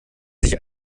sich